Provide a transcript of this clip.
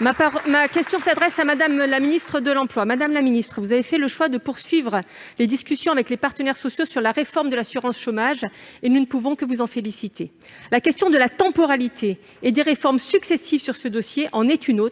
Ma question s'adresse à Mme la ministre du travail, de l'emploi et de l'insertion. Madame la ministre, vous avez fait le choix de poursuivre la discussion avec les partenaires sociaux sur la réforme de l'assurance chômage et nous ne pouvons que vous en féliciter. La question de la temporalité et des réformes successives sur ce dossier se pose.